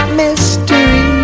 mystery